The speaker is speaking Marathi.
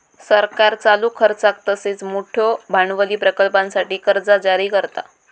सरकार चालू खर्चाक तसेच मोठयो भांडवली प्रकल्पांसाठी कर्जा जारी करता